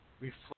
reflect